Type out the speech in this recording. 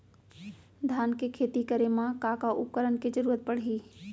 धान के खेती करे मा का का उपकरण के जरूरत पड़हि?